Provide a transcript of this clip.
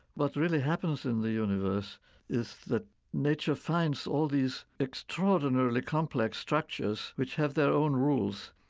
what really happens in the universe is that nature finds all these extraordinarily complex structures which have their own rules.